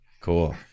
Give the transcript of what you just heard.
Cool